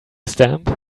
stamp